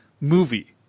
movie